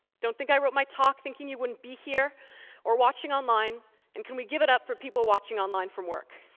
don't think i worte my talk thinking you wouldn't be here or watching online and can we give it up for people watching online from work?